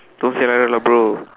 don't say like that lah bro